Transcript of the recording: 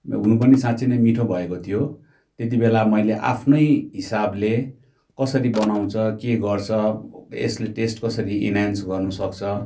हुनु पनि साँच्ची नै मिठो भएको थियो त्यति बेला मैले आफ्नै हिसाबले कसरी बनाउँछ के गर्छ यसले टेस्ट कसरी इनान्स गर्नु सक्छ